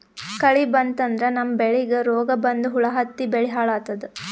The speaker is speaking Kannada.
ಕಳಿ ಬಂತಂದ್ರ ನಮ್ಮ್ ಬೆಳಿಗ್ ರೋಗ್ ಬಂದು ಹುಳಾ ಹತ್ತಿ ಬೆಳಿ ಹಾಳಾತದ್